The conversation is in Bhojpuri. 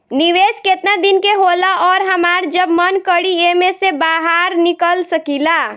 निवेस केतना दिन के होला अउर हमार जब मन करि एमे से बहार निकल सकिला?